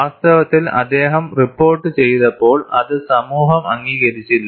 വാസ്തവത്തിൽ അദ്ദേഹം റിപ്പോർട്ട് ചെയ്തപ്പോൾ അത് സമൂഹം അംഗീകരിച്ചില്ല